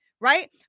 Right